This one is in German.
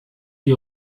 die